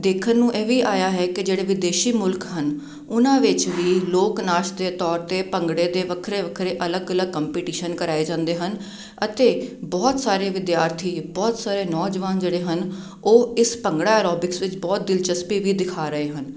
ਦੇਖਣ ਨੂੰ ਇਹ ਵੀ ਆਇਆ ਹੈ ਕਿ ਜਿਹੜੇ ਵਿਦੇਸ਼ੀ ਮੁਲਖ ਹਨ ਉਨ੍ਹਾਂ ਵਿੱਚ ਵੀ ਲੋਕ ਨਾਚ ਦੇ ਤੋਰ 'ਤੇ ਭੰਗੜੇ ਦੇ ਵੱਖਰੇ ਵੱਖਰੇ ਅਲੱਗ ਅਲੱਗ ਕੰਪੀਟੀਸ਼ਨ ਕਰਾਏ ਜਾਂਦੇ ਹਨ ਅਤੇ ਬਹੁਤ ਸਾਰੇ ਵਿਦਿਆਰਥੀ ਬਹੁਤ ਸਾਰੇ ਨੌਜਵਾਨ ਜਿਹੜੇ ਹਨ ਉਹ ਇਸ ਭੰਗੜਾ ਐਰੋਬਿਕਸ ਵਿੱਚ ਬਹੁਤ ਦਿਲਚਸਪੀ ਵੀ ਦਿਖਾ ਰਹੇ ਹਨ